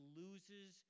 loses